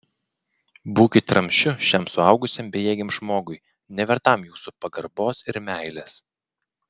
būkit ramsčiu šiam suaugusiam bejėgiam žmogui nevertam jūsų pagarbos ir meilės